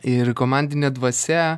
ir komandinė dvasia